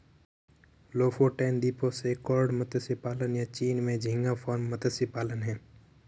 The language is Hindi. लोफोटेन द्वीपों से कॉड मत्स्य पालन, या चीन में झींगा फार्म मत्स्य पालन हैं